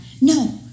No